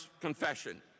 confession